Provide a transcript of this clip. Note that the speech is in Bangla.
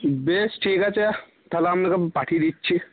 বেশ ঠিক আছে তাহলে আপনাকে পাঠিয়ে দিচ্ছি